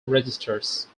registers